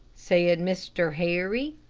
said mr. harry.